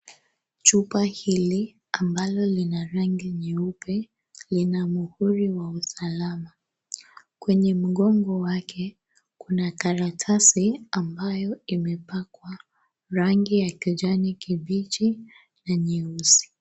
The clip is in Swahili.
Chupa hili ambalo lina rangi nyeupe lina muhuri wa usalama kwenye mgongo wake kuna karatasi ambayo imepakwa rangi ya kijani kibichi na nyeusi.